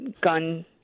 gun